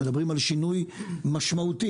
מדברים על שינוי משמעותי